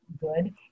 Good